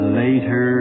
later